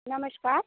નમસ્કાર